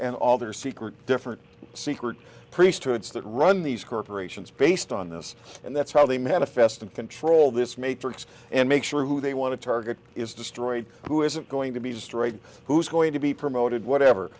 and all their secret different secret priesthoods that run these corporations based on this and that's how they manifest and control this matrix and make sure who they want to target is destroyed who isn't going to be destroyed who's going to be promoted whatever